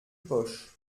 poche